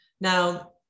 Now